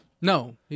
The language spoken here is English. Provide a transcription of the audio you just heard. No